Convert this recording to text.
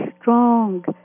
strong